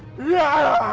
yeah!